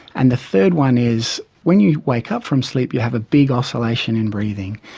and the third one is when you wake up from sleep you have a big oscillation in breathing.